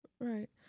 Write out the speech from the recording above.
Right